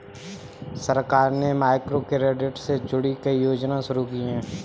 सरकार ने माइक्रोक्रेडिट से जुड़ी कई योजनाएं शुरू की